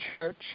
church